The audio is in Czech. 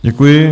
Děkuji.